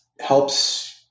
helps